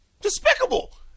Despicable